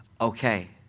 Okay